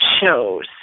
shows